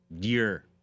year